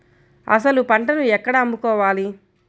అసలు పంటను ఎక్కడ అమ్ముకోవాలి?